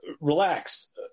relax